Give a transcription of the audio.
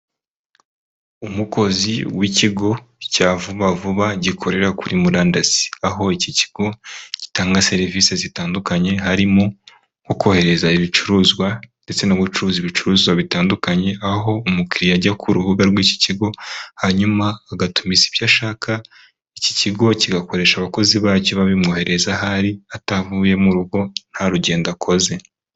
Umukozi w'ikigo cya Vuba vuba gikorera kuri murandasi. Aho iki kigo gitanga serivise zitandukanye harimo nko kohereza ibicuruzwa, ndetse no gucuruza ibicuruzwa bitandukanye, aho umukiriya ajya ku rubuga rw'iki kigo hanyuma agatumiza ibyo ashaka, iki kigo kigakoresha abakozi bacyo babimwohereza aho ari, atavuye mu rugo, nta rugendo akoze.